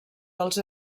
dels